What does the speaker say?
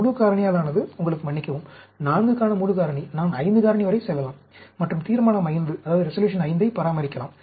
முழு காரணியாலானது உங்களுக்கு மன்னிக்கவும் 4 க்கான முழு காரணி நான் 5 காரணி வரை செல்லலாம் மற்றும் தீர்மானம் V ஐப் பராமரிக்கலாம்